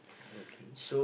okay